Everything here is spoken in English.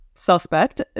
Suspect